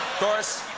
course,